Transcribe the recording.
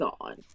on